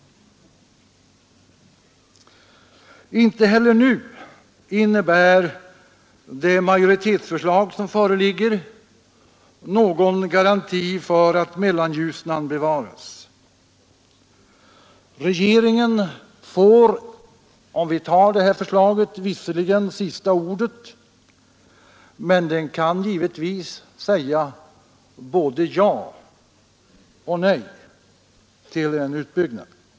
Inte heller nu innebär det majoritetsförslag som föreligger någon garanti för att Mellanljusnan bevaras. Regeringen får, om vi tar det här förslaget, visserligen sista ordet, men den kan givetvis säga både ja och nej till en utbyggnad.